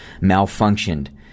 malfunctioned